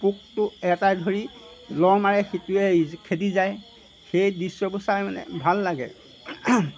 পোকটো এটাই ধৰি লৰ মাৰে সিটোৱে খেদি যায় সেই দৃশ্যবোৰ চাই মানে ভাল লাগে